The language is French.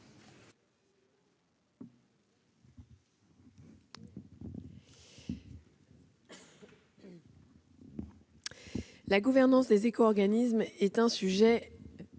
La gouvernance des éco-organismes est un sujet